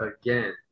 again